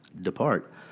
depart